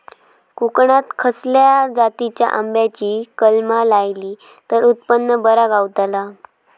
कोकणात खसल्या जातीच्या आंब्याची कलमा लायली तर उत्पन बरा गावताला?